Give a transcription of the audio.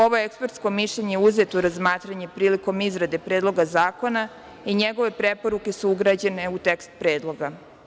Ovo ekspertsko mišljenje je uzeto u razmatranje prilikom izrade Predloga zakona i njegove preporuke su ugrađene u tekst predloga.